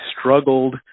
struggled